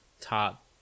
top